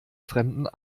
fremden